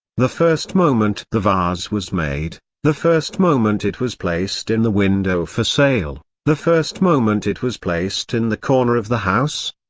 the first moment the vase was made, the first moment it was placed in the window for sale, the first moment it was placed in the corner of the house,